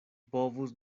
povus